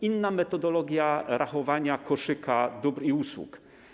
Inna jest metodologia rachowania koszyka dóbr i usług.